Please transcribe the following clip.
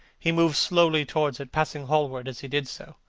he moved slowly towards it, passing hallward as he did so.